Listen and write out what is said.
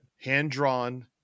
hand-drawn